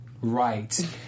right